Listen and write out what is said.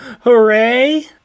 Hooray